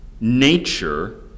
nature